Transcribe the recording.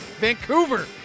Vancouver